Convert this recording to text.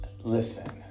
Listen